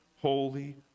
holy